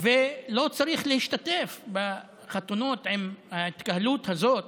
ולא צריך להשתתף בחתונות עם ההתקהלות הזאת,